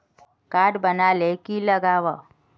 Card बना ले की लगाव?